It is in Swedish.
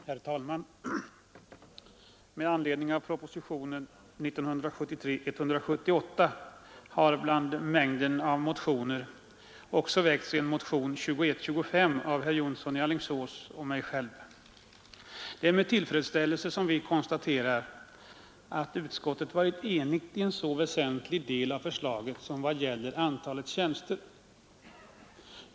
Herr talman! Med anledning av propositionen 178 år 1973 har bland mängden av motioner också väckts en motion nr 2125 av herr Jonsson i Alingsås och mig. Det är med tillfredsställelse vi konstaterar att utskottet varit enigt i en så väsentlig del av förslaget som vad gäller antalet tjänster.